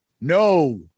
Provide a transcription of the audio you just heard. no